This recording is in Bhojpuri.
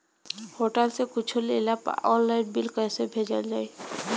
होटल से कुच्छो लेला पर आनलाइन बिल कैसे भेजल जाइ?